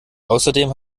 außerdem